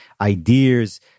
ideas